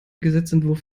gesetzesentwurf